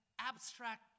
abstract